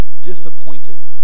disappointed